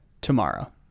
tomorrow